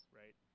right